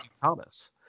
Thomas